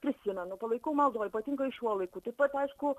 prisimenu palaikau maldoj ypatingai šiuo laiku taip pat aišku